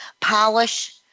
polish